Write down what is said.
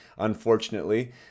Unfortunately